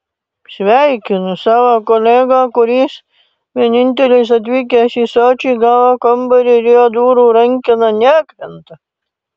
sveikinu savo kolegą kuris vienintelis atvykęs į sočį gavo kambarį ir jo durų rankena nekrenta